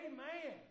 Amen